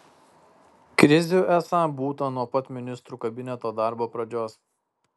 krizių esą būta nuo pat ministrų kabineto darbo pradžios